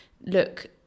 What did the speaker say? look